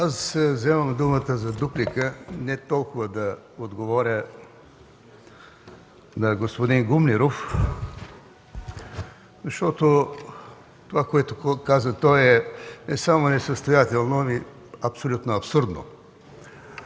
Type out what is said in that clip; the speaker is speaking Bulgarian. Аз вземам думата за дуплика не толкова да отговоря на господин Гумнеров, защото това, което той каза, не само е несъстоятелно, а е абсолютно абсурдно.